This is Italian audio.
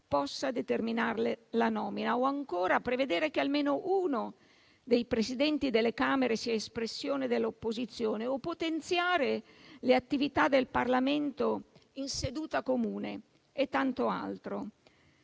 possa determinarne la nomina; o ancora prevedere che almeno uno dei Presidenti delle Camere sia espressione dell'opposizione; o potenziare le attività del Parlamento in seduta comune e tanto altro.